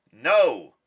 No